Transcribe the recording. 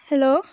hello